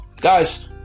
Guys